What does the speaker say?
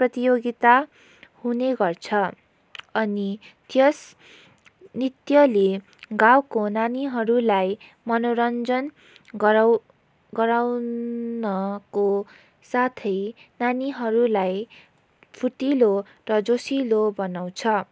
प्रतियोगिता हुने गर्छ अनि त्यस नृत्यले गाउँको नानीहरूलाई मनोरञ्जन गराउ गराउनको साथै नानीहरूलाई फुर्तिलो र जोसिलो बनाउँछ